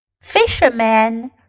Fisherman